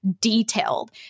detailed